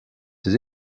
ses